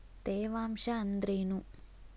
ತೇವಾಂಶ ಅಂದ್ರೇನು?